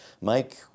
Mike